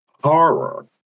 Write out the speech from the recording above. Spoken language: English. horror